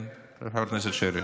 כן, חבר הכנסת שירי.